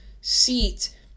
seat